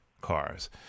cars